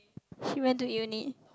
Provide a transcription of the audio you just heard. he went to uni